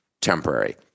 temporary